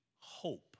hope